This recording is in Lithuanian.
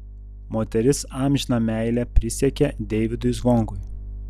moteris amžiną meilę prisiekė deivydui zvonkui